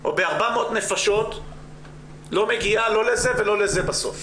או ב-400 נפשות לא מגיעה לא לזה ולא לזה בסוף.